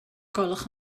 gwelwch